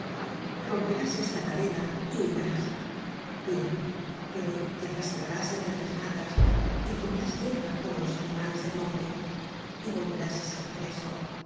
esta cadena y huirás bien pero te arrastrarás entre las matas y comerás yerba como los animales del monte y volverás á ser preso